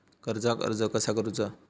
कर्जाक अर्ज कसा करुचा?